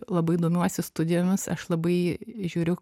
labai domiuosi studijomis aš labai žiūriu